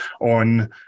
on